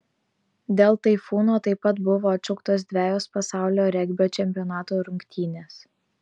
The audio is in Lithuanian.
dėl taifūno taip pat buvo atšauktos dvejos pasaulio regbio čempionato rungtynės